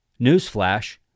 newsflash